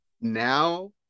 Now